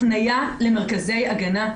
הפניה למרכזי הגנה.